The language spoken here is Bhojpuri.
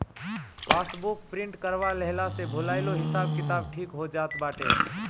पासबुक प्रिंट करवा लेहला से भूलाइलो हिसाब किताब ठीक हो जात बाटे